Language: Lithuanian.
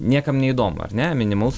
niekam neįdomu ar ne minimalus